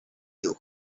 you